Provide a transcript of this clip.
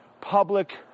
public